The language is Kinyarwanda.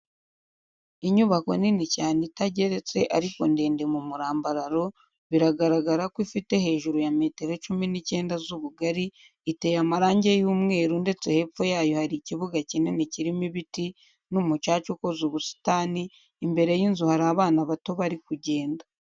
Inyubako nini cyane itageretse ariko ndende mu murambararo biragaragara ko ifite hejuru ya metero cumi n'icyenda z'ubugari, iteye amarangi y'umweru ndetse hepfo yayo hari ikibuga kinini kirimo ibiti n'umucaca ukoze ubusitani, imbere y'inzu hari abana bato bari kugenda.